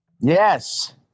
Yes